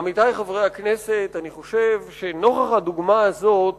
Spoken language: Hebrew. עמיתי חברי הכנסת, אני חושב שנוכח הדוגמה הזאת